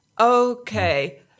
Okay